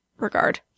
regard